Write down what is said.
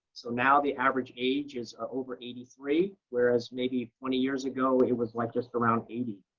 so now, the average age is over eighty three, whereas maybe twenty years ago, it was like just around eighty.